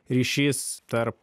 ryšys tarp